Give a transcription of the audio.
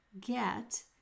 get